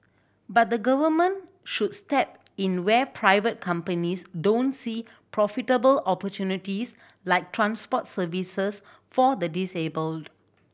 but the Government should step in where private companies don't see profitable opportunities like transport services for the disabled